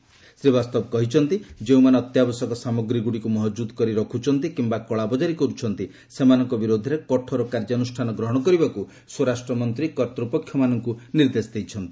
କୁମାରୀ ଶ୍ରୀବାସ୍ତବା କହିଛନ୍ତି ଯେଉଁମାନେ ଅତ୍ୟାବଶ୍ୟକ ସାମଗ୍ରୀଗୁଡ଼ିକୁ ମହକୁଦ କରି ରଖୁଛନ୍ତି କିୟା କଳାବଜାରୀ କରୁଛନ୍ତି ସେମାନଙ୍କ ବିରୁଦ୍ଧରେ କଠୋର କାର୍ଯ୍ୟାନୁଷ୍ଠାନ ଗ୍ରହଣ କରିବାକୁ ସ୍ୱରାଷ୍ଟ୍ରମନ୍ତୀ କର୍ତ୍ତପକ୍ଷମାନଙ୍କୁ ନିର୍ଦ୍ଦେଶ ଦେଇଛନ୍ତି